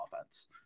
offense